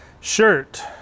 shirt